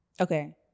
Okay